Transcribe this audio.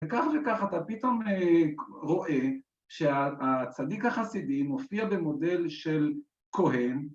‫וכך וכך אתה פתאום רואה ‫שהצדיק החסידי מופיע במודל של כהן.